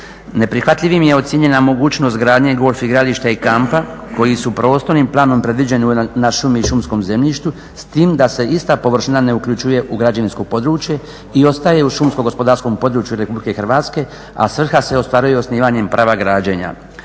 Neprihvatljivim je ocijenjena mogućnost gradnje golf igrališta i kampa koji su prostornim planom predviđeni na šumi i šumskom zemljištu s tim da se ista površina ne uključuje u građevinsko područje i ostaje u šumsko-gospodarskom području Republike Hrvatske, a svrha se ostvaruje osnivanjem prava građenja.